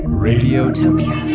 radiotopia